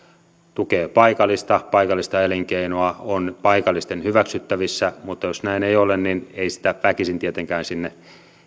tukee paikallista paikallista elinkeinoa ja on paikallisten hyväksyttävissä mutta jos näin ei ole niin ei sitä väkisin tietenkään sinne